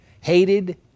hated